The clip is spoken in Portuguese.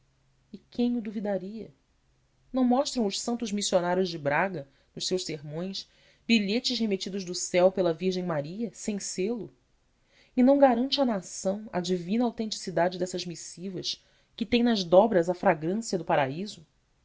e quem o duvidaria não mostram os santos missionários de braga nos seus sermões bilhetes remetidos do céu pela virgem maria sem selo e não garante a nação a divina autenticidade dessas missivas que têm nas dobras a fragrância do paraíso